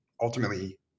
ultimately